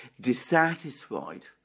dissatisfied